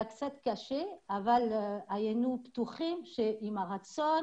ולכן היה קצת קשה אבל היינו בטוחים שעם הרצון